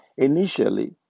Initially